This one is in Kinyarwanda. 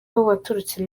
waturutse